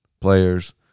players